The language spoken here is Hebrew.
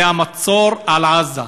זה המצור על עזה.